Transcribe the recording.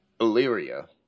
Illyria